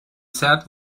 said